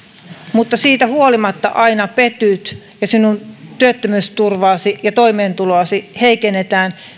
mutta siitä huolimatta aina petyt ja sinun työttömyysturvaasi ja toimeentuloasi heikennetään